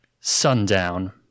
Sundown